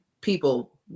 people